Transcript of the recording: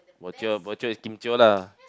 bo jio bo jio is kim jio lah